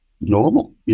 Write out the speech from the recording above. normal